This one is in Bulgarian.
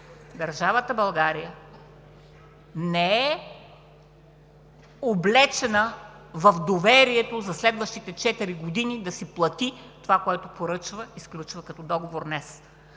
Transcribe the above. държавата България не е облечена в доверието за следващите четири години да си плати това, което поръчва и сключва като договор днес.